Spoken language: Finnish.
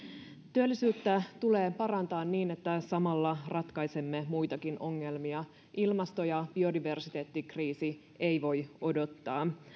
työllisyyttä tulee parantaa niin että samalla ratkaisemme muitakin ongelmia ilmasto ja biodiversiteettikriisi ei voi odottaa